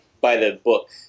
by-the-book